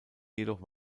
jedoch